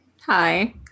Hi